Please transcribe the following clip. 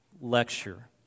Lecture